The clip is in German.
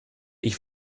ich